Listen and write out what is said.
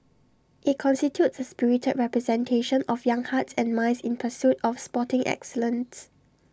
IT constitutes A spirited representation of young hearts and minds in pursuit of sporting excellence